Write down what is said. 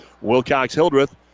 Wilcox-Hildreth